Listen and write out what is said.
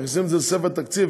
מכניסים את זה לספר התקציב,